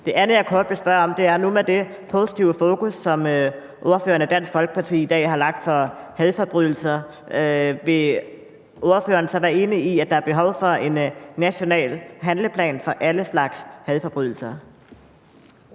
Det andet, jeg kort vil spørge om, er, om ordføreren med det positive fokus, som ordføreren og Dansk Folkeparti i dag har sat på hadforbrydelser, er enig i, at der er behov for en national handleplan for alle slags hadforbrydelser.